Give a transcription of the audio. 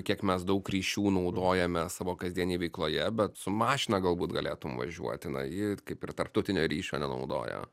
kiek mes daug ryšių naudojame savo kasdienėj veikloje bet su mašina galbūt galėtum važiuoti na ji kaip ir tarptautinio ryšio nenaudoja